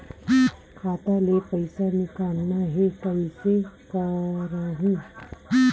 खाता ले पईसा निकालना हे, कइसे करहूं?